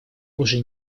уже